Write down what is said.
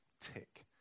tick